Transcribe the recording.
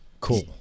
Cool